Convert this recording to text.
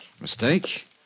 Mistake